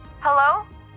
Hello